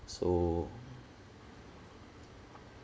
so